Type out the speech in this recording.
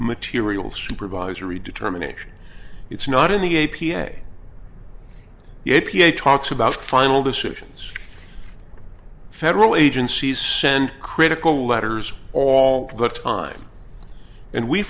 material supervisory determination it's not in the a p a yet ph talks about final decisions federal agencies send critical letters all the time and we